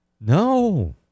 No